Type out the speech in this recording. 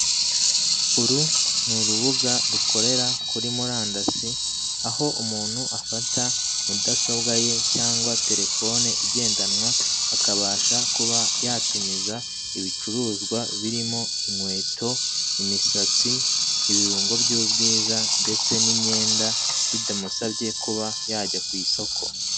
Uru ni urubuga rukorera kuri murandasi, aho umuntu afata mudasobwa ye cyangwa telefone igendanwa, akabasha kuba yatumiza ibicuruzwa birimo inkweto, imisatsi, ibirungo by'ubwiza, ndetse n'imyenda, bitamusabye kuba yajya ku isoko.